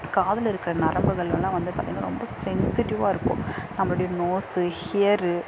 காதில் இருக்குகிற நரம்புகள் எல்லாம் வந்து பார்த்தீங்கன்னா ரொம்ப சென்சிட்டிவ்வாக இருக்கும் நம்மளுடைய நோஸ்ஸு ஹியரு